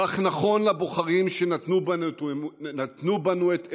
כך נכון לבוחרים שנתנו בנו את אמונם,